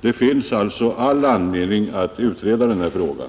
Det finns alltså all anledning att utreda denna fråga.